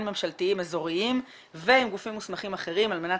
ממשלתיים אזוריים ועם גופים מוסמכים אחרים על מנת